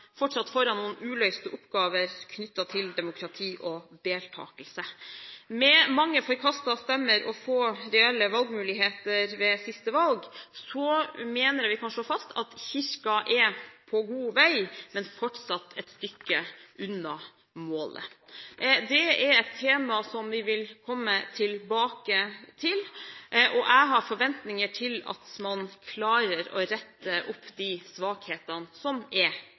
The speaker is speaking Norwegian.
fortsatt foran noen uløste oppgaver knyttet til demokrati og deltakelse. Med mange forkastede stemmer og få reelle valgmuligheter ved siste valg mener vi at vi kan slå fast at Kirken er på god vei, men fortsatt et stykke unna målet. Det er et tema som vi vil komme tilbake til, og jeg har forventninger til at man klarer å rette opp de svakhetene som det er